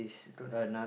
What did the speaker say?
don't have